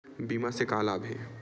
बीमा से का लाभ हे?